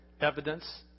evidence